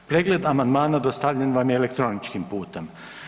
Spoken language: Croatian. Pregled amandmana dostavljen vam je elektroničkim putem.